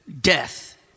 death